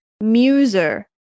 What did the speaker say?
muser